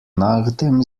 nachdem